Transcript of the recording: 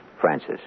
Francis